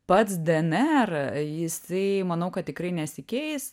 pats dnr jisai manau kad tikrai nesikeis